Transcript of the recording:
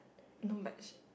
no but sh~